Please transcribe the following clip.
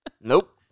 Nope